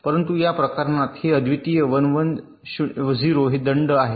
परंतु या प्रकरणात हे अद्वितीय 1 1 0 दंड आहे